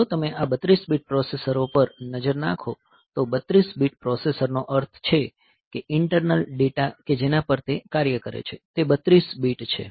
જો તમે આ 32 બીટ પ્રોસેસરો પર નજર નાખો તો 32 બીટ પ્રોસેસરનો અર્થ છે ઇન્ટરનલ ડેટા કે જેના પર તે કાર્ય કરે છે તે 32 બીટ છે